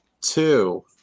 two